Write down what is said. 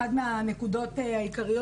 אחת מהנקודות העיקריות.